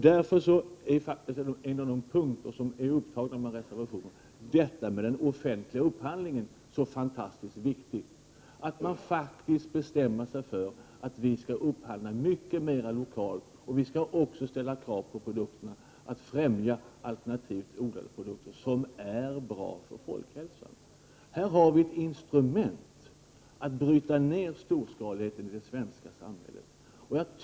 Därför är en av de punkter som upptas i reservationerna så fantastiskt viktig, nämligen den offentliga upphandlingen. Det är viktigt att man bestämmer sig för att vi skall upphandla mycket mer lokalt och att vi också måste ställa krav på produkterna för att främja alternativt odlade produkter som är bra för folkhälsan. Här har vi ett instrument för att bryta ner storskaligheten i det svenska samhället.